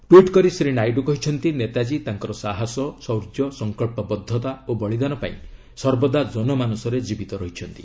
tweet କରି ଶ୍ରୀ ନାଇଡୁ କହିଛନ୍ତି ନେତାଜୀ ତାଙ୍କର ସାହସ ଶୌର୍ଯ୍ୟ ସଙ୍କଳ୍ପବଦ୍ଧତା ଓ ବଳିଦାନ ପାଇଁ ସର୍ବଦା ଜନମାନସରେ ଜୀବିତ ରହିଛନ୍ତି